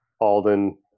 Alden